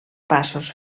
passos